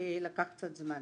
לקח קצת זמן.